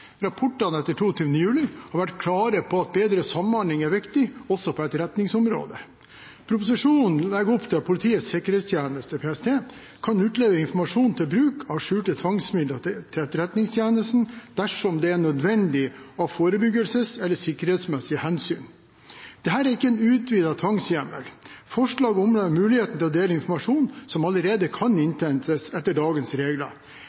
Rapportene etter 22. juli har vært klare på at bedre samhandling er viktig, også på etterretningsområdet. Proposisjonen legger opp til at Politiets sikkerhetstjeneste, PST, kan utlevere informasjon fra bruk av skjulte tvangsmidler til Etterretningstjenesten dersom det er nødvendig av forebyggings- eller sikkerhetsmessige hensyn. Dette er ikke en utvidet tvangshjemmel. Forslaget omhandler muligheten til å dele informasjon som allerede kan innhentes etter dagens regler.